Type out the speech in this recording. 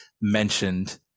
mentioned